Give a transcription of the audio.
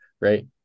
Right